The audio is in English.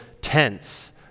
tents